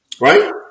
Right